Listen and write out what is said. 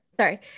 Sorry